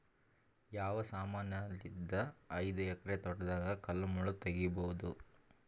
ಯಾವ ಸಮಾನಲಿದ್ದ ಐದು ಎಕರ ತೋಟದಾಗ ಕಲ್ ಮುಳ್ ತಗಿಬೊದ?